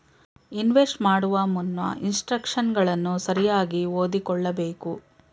invest ಮಾಡುವ ಮುನ್ನ ಇನ್ಸ್ಟ್ರಕ್ಷನ್ಗಳನ್ನು ಸರಿಯಾಗಿ ಓದಿಕೊಳ್ಳಬೇಕು